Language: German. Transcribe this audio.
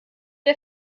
der